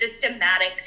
systematic